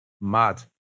Mad